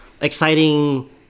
exciting